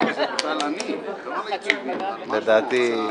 גברתי המזכירה,